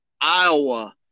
Iowa